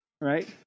Right